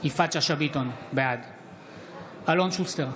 יפעת שאשא ביטון, בעד אלון שוסטר,